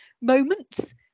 moments